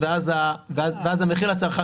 האם באמת מגיע לה או לא אני לא יודע,